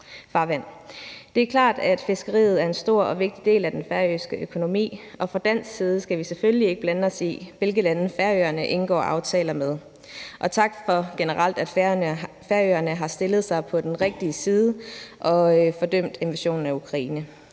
Det er klart, at fiskeriet er en stor og vigtig del af den færøske økonomi, og fra dansk side skal vi selvfølgelig ikke blande os i, hvilke lande Færøerne indgår aftaler med. Tak generelt for, at Færøerne har stillet sig på den rigtige side og fordømt invasionen af Ukraine,